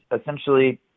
essentially